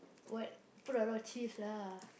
what put a lot of cheese lah